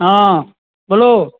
હા બોલો